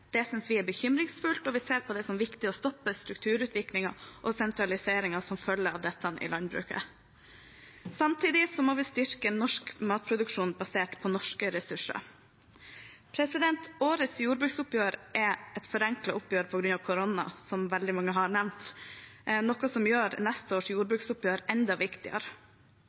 Det synes vi er bekymringsfullt, og vi ser på det som viktig å stoppe strukturutviklingen og sentraliseringen som følge av dette i landbruket. Samtidig må vi styrke norsk matproduksjon basert på norske ressurser. Årets jordbruksoppgjør er et forenklet oppgjør på grunn av korona, som veldig mange har nevnt, noe som gjør neste års jordbruksoppgjør enda